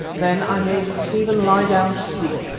then i made stephen lie down to sleep,